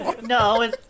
No